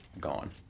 gone